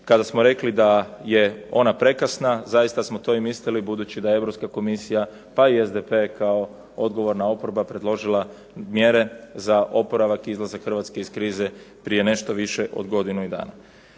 Kada smo rekli da je ona prekasna zaista smo to i mislili, budući da je Europska komisija pa i SDP kao odgovorna oporba predložila mjere za oporavak i izlazak Hrvatske iz krize prije nešto više od godinu dana.